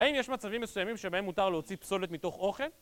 האם יש מצבים מסוימים שבהם מותר להוציא פסולת מתוך אוכל?